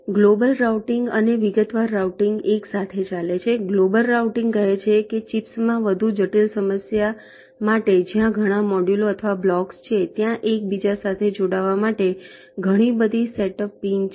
global routing અને વિગતવાર routing એકસાથે ચાલે છે ગ્લોબલ રાઉટીંગ કહે છે કે ચિપ્સમાં વધુ જટિલ સમસ્યા માટે જ્યાં ઘણા મોડ્યુલો અથવા બ્લોક્સ છે ત્યાં એકબીજા સાથે જોડાવા માટે ઘણી બધી સેટઅપ પિન છે